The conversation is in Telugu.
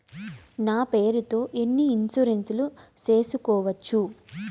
నా పేరుతో ఎన్ని ఇన్సూరెన్సులు సేసుకోవచ్చు?